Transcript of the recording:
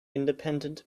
independent